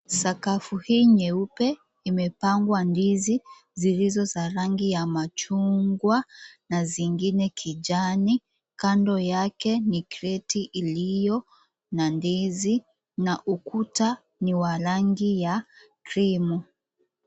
Sakafu hii nyeupe imepangwa ndizi zilizo za rangi ya machungwa na zengine kijani kando yake ni kreti iliyo na ndizi na ukuta ni wa rangi ya krimu.